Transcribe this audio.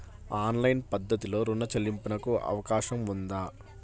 Online పద్ధతిలో రుణ చెల్లింపునకు అవకాశం ఉందా?